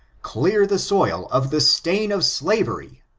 clear the soil of the stain of slavery,